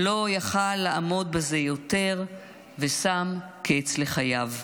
לא יכול היה לעמוד בזה יותר ושם קץ לחייו.